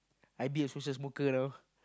I deal with social smoker now